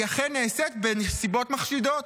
והיא אכן נעשית בנסיבות מחשידות.